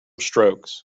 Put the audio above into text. strokes